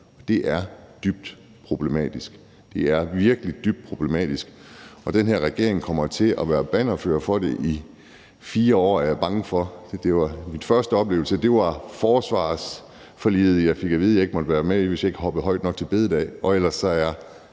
Det er dybt problematisk; det er virkelig dybt problematisk. Den her regering kommer til at være bannerfører for det i 4 år, er jeg bange for. Min første oplevelse af det var ved forhandlingerne om forsvarsforliget, hvor jeg fik at vide, at jeg ikke måtte være med, hvis jeg ikke hoppede højt nok til store bededag – og ellers er